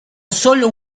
sólo